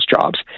jobs